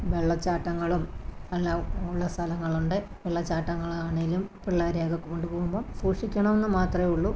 വെള്ളച്ചാട്ടങ്ങളും എല്ലാം ഉള്ള സ്ഥലങ്ങളുണ്ട് വെള്ളച്ചാട്ടങ്ങളാണെങ്കിലും പിള്ളേരെയൊക്കെ കൊണ്ടുപോകുമ്പോള് സൂക്ഷിക്കണമെന്നു മാത്രമേ ഉള്ളു